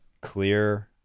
clear